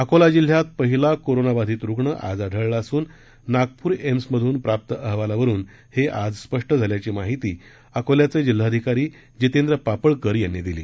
अकोला जिल्ह्यात पहिला कोरोना बाधित रुग्ण आज आढळला असून नागपूर एम्समधून प्राप्त अहवालावरून हे आज स्पष्ट आल्याची माहिती अकोल्याचे जिल्हाधिकारी जितेंद्र पापळकर यांनी दिली